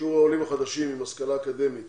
שיעור העולים החדשים עם השכלה אקדמית